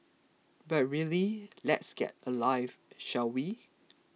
but really let's get a life shall we